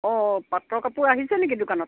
অঁ পাটৰ কাপোৰ আহিছে নেকি দোকানত